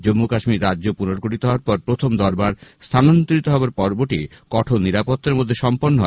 জম্মু কাশ্মীর রাজ্য পুনর্গঠিত হওয়ার পর প্রথম দরবার স্থানান্তরিত হওয়ার পর্বটি কঠোর নিরাপত্তার মধ্যে সম্পন্ন হয়